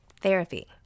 therapy